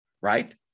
right